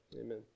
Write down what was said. Amen